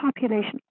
population